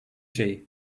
şey